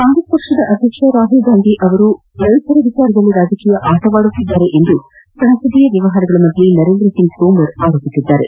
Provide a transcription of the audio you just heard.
ಕಾಂಗ್ರೆಸ್ ಅಧ್ಯಕ್ಷ ರಾಹುಲ್ಗಾಂಧಿ ರೈತರ ವಿಚಾರದಲ್ಲಿ ರಾಜಕೀಯ ಆಟವಾಡುತ್ತಿದ್ದಾರೆ ಎಂದು ಸಂಸದೀಯ ವ್ನವಹಾರಗಳ ಸಚಿವ ನರೇಂದ್ರ ಸಿಂಗ್ ತೋಮರ್ ಆರೋಪಿಸಿದ್ದಾರೆ